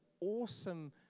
awesome